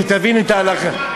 שתבין את ההלכה,